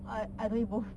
I I don't eat both